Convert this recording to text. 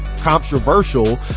Controversial